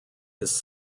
his